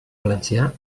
valencià